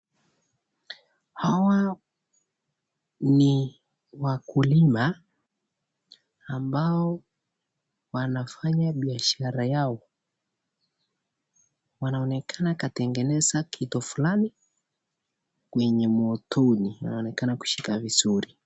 Hawa ni wakulima ambao wanafanya biashara yao. Wanaonekana katengeneza kitu fulani kwenye motoni na wanaonekana kushika vizuri.